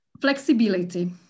Flexibility